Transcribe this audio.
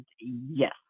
yes